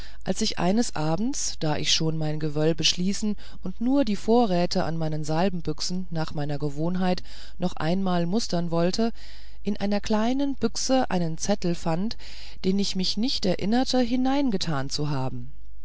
als ich eines abends da ich schon mein gewölbe schließen und nur die vorräte in meinen salbenbüchsen nach meiner gewohnheit noch einmal mustern wollte in einer kleinen büchse einen zettel fand den ich mich nicht erinnerte hineingetan zu haben